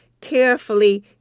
carefully